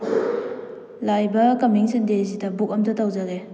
ꯂꯥꯛꯏꯕ ꯀꯃꯤꯡ ꯁꯟꯗꯦꯁꯤꯗ ꯕꯨꯛ ꯑꯝꯇ ꯇꯧꯖꯒꯦ